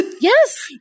Yes